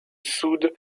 soude